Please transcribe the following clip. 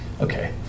okay